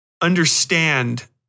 understand